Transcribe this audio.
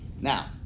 Now